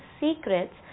secrets